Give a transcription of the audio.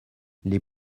les